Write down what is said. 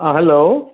आ hello